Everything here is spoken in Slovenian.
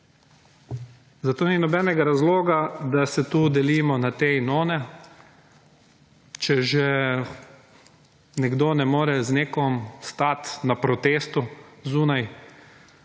Zato ni nobenega razloga, da se tu delimo na te in one. Če že nekdo ne more z nekom stat na protestu zunaj,